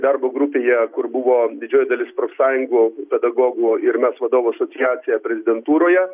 darbo grupėje kur buvo didžioji dalis profsąjungų pedagogų ir mes vadovų asociacija prezidentūroje